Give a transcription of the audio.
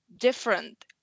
different